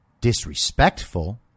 disrespectful